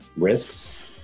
risks